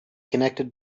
connected